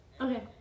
Okay